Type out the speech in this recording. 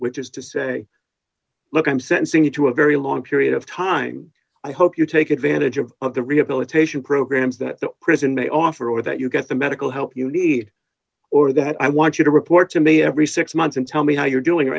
which is to say look i'm sensing you to a very long period of time i hope you take advantage of the rehabilitation programs that the prison may offer or that you get the medical help you need or that i want you to report to me every six months and tell me how you're doing or